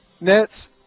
Nets